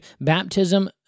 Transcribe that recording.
baptism